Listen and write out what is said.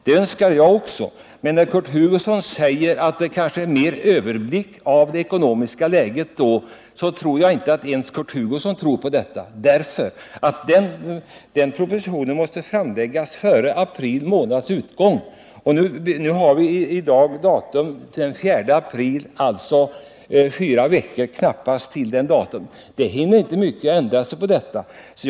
Det önskar också jag. Kurt Hugosson säger att det då är lättare att överblicka det ekonomiska läget, men inte ens Kurt Hugosson torde tro på detta. Den propositionen måste ju framläggas före april månads utgång. I dag är det den 4 april, vilket innebär att det är knappt fyra veckor kvar. Mycket hinner inte ändras på den tiden.